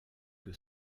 que